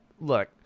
look